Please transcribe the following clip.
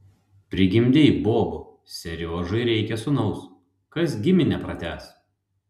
prigimdei bobų seriožai reikia sūnaus kas giminę pratęs